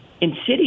insidious